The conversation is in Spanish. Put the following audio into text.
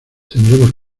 tendremos